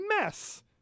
mess